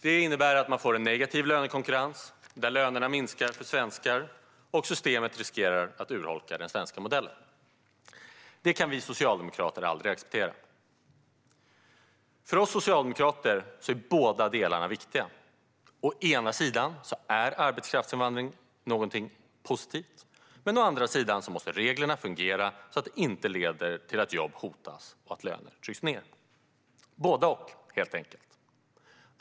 Det innebär att man får en negativ lönekonkurrens där lönerna minskar för svenskar, och systemet riskerar att urholka den svenska modellen. Det kan vi socialdemokrater aldrig acceptera. För oss socialdemokrater är båda delarna viktiga. Å ena sidan är arbetskraftsinvandring någonting positivt, men å andra sidan måste reglerna fungera så att de inte leder till att jobb hotas och att lönerna trycks ned. Både och, helt enkelt.